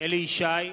אליהו ישי,